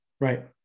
Right